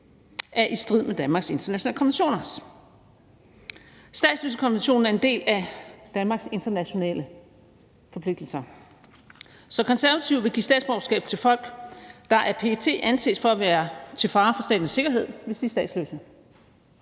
er i strid med Danmarks internationale konventioner. Statsløsekonventionen er en del af Danmarks internationale forpligtelser, så De Konservative vil give statsborgerskab til folk, der af PET anses for at være til fare for statens sikkerhed, dvs. statsløse,